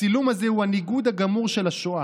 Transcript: הצילום הזה הוא הניגוד הגמור של השואה.